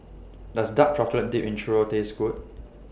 Does Dark Chocolate Dipped Churro Taste Good